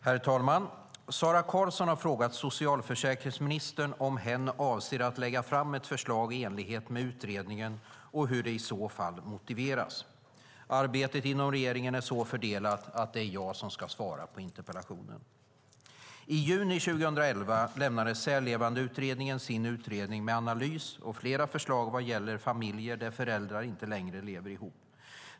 Herr talman! Sara Karlsson har frågat socialförsäkringsministern om hen avser att lägga fram ett förslag i enlighet med utredningen och hur det i så fall motiveras. Arbetet inom regeringen är så fördelat att det är jag som ska svara på interpellationen. I juni 2011 lämnade Särlevandeutredningen sin utredning med analys och flera förslag vad gäller familjer där föräldrar inte längre lever ihop.